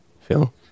Phil